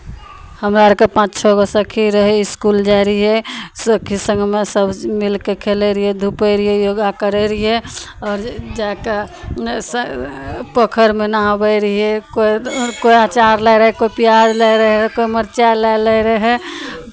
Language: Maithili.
हमरा अरके पाँच छओ गो सखी रही इसकुल जाइ रहियै सखी सङ्गमे सभ मिलि कऽ खेलै रहियै धूपै रहियै योगा करैत रहियै आओर जा कऽ स् पोखरिमे नहबै रहियै कोइ कोइ अचार लै रहै कोइ प्याज लै रहै कोइ मरचाइ लए लै रहै